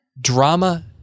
Drama